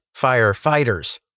firefighters